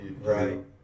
Right